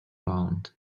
bound